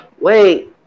wait